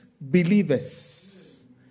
believers